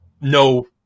no